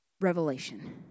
Revelation